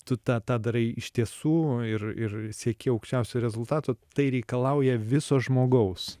tu tą tą darai iš tiesų ir ir sieki aukščiausio rezultato tai reikalauja viso žmogaus